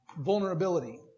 vulnerability